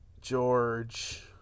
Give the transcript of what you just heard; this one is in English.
George